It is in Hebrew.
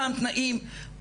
אותם תנאים,